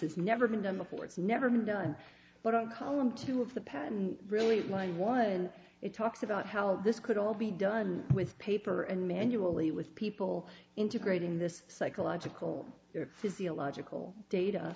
it's never been done before it's never been done but on column two of the patent really mine was and it talks about how this could all be done with paper and manually with people integrating this psychological physiological data